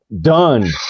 done